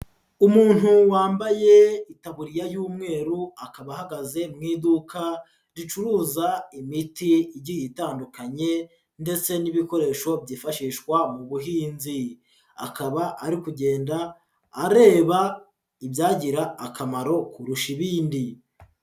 Umuntu wambaye itaburiya y'umweru, akaba ahagaze mu iduka ricuruza imiti igiye itandukanye, ndetse n'ibikoresho byifashishwa mu buhinzi, akaba ari kugenda areba ibyagira akamaro kurusha ibindi.